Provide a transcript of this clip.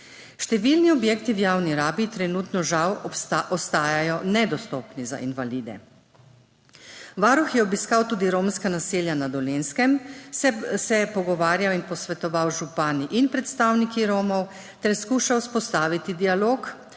Številni objekti v javni rabi trenutno žal ostajajo nedostopni za invalide. Varuh je obiskal tudi romska naselja na Dolenjskem, se pogovarjal in posvetoval z župani in predstavniki Romov ter skuša vzpostaviti dialog,